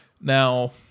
Now